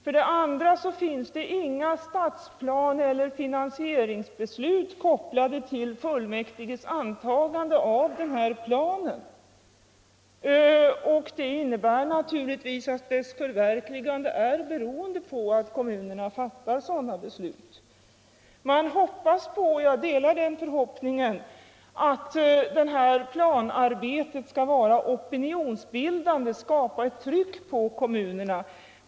För det andra finns inga stadsplaner eller finansieringsbeslut kopplade till fullmäktiges antagande av planen. Det innebär naturligtvis att dess förverkligande är beroende av att kommunerna fattar sådana beslut. Man hoppas — och jag delar den förhoppningen — att planarbetet skall vara opinionsbildande, skall skapa ett tryck på kommunerna.